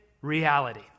reality